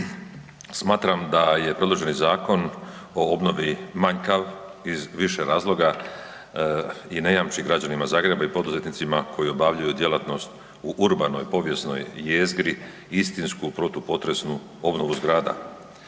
Smatram da je predloženi zakon o obnovi manjkav iz više razloga i ne jamči građanima Zagreba i poduzetnicima koji obavljaju djelatnost u urbanoj povijesnoj jezgri istinsku protupotresnu obnovu zgrada.